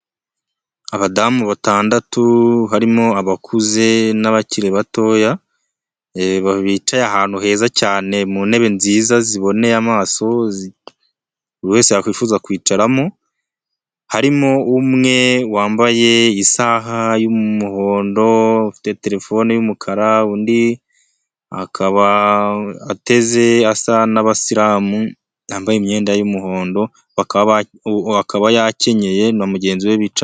Abadamu batandatu harimo abakuze n'abakiri batoya, bicaye ahantu heza cyane mu ntebe nziza ziboneye amaso buri wese yakwifuza kwicaramo, harimo umwe wambaye isaha y'umuhondo ufite telefone y'umukara, undi akaba ateze asa n'abasilamu yambaye imyenda y'umuhondo akaba yakenyeye na mugenzi we bicaranye.